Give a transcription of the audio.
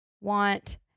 want